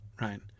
right